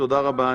תודה רבה.